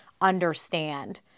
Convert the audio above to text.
understand